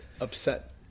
upset